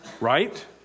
Right